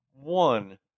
one